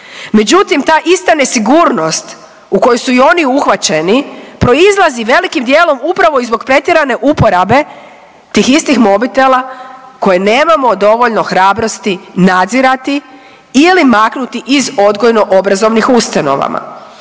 Međutim, ta ista nesigurnost u koju su i oni uhvaćeni proizlazi velikim dijelom upravo i zbog pretjerane uporabe tih istih mobitela koje nemamo dovoljno hrabrosti nadzirati ili maknuti iz odgojno obrazovnih ustanovama.